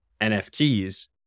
nfts